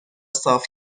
صاف